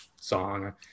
song